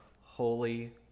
holy